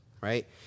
right